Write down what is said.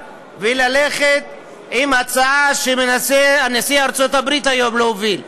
וללכת עם הצעה שמנסה נשיא ארצות הברית היום להוביל,